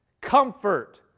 Comfort